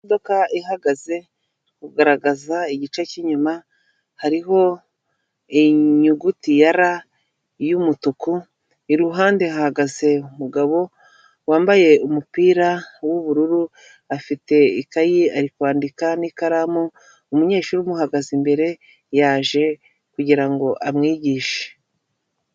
Imodoka ihagaze iri kugaragaza igice cy'inyuma hariho inyuguti ya ra y'umutuku, iruhande hahagaze umugabo wambaye umupira w'ubururu afite ikaye ari kwandika n'ikaramu, umunyeshuri umuhagaze imbere yaje kugira ngo amwigishe.